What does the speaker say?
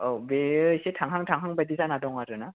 औ बेयो एसे थांहां थांहां बायदि जाना दं आरोना